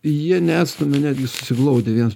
jie neatstumia netgi susiglaudę viens